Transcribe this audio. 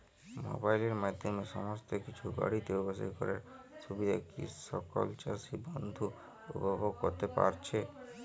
মোবাইলের মাধ্যমে সমস্ত কিছু বাড়িতে বসে করার সুবিধা কি সকল চাষী বন্ধু উপভোগ করতে পারছে?